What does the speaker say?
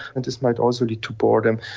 and this might also lead to boredom.